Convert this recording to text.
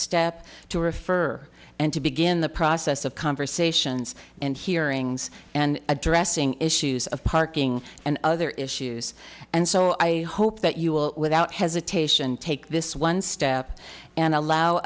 step to refer and to begin the process of conversations and hearings and addressing issues of parking and other issues and so i hope that you will without hesitation take this one step and allow